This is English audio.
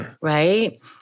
right